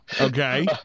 okay